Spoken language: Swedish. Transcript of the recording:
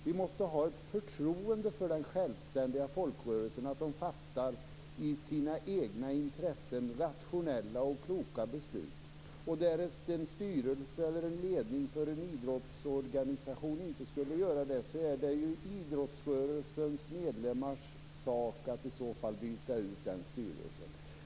Vi måste ha ett förtroende för att den självständiga folkrörelsen fattar rationella och kloka beslut som ligger i dess eget intressen. Om en styrelse eller en ledning för en idrottsorganisation inte skulle göra det, är det ju idrottsrörelsens medlemmars sak att byta ut den styrelsen.